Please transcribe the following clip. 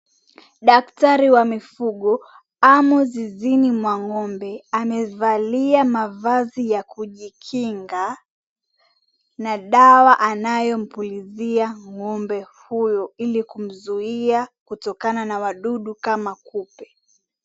Daktari wa mifugo, amo zizini mwa ng'ombe, amevalia mavazi ya kujikinga na dawa anayompulizia ng'ombe huyo ili kumzuia kutokana na wadudu kama kupe.